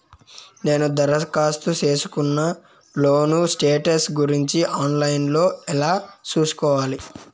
నేను దరఖాస్తు సేసుకున్న లోను స్టేటస్ గురించి ఆన్ లైను లో ఎలా సూసుకోవాలి?